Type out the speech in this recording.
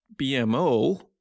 BMO